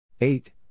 Eight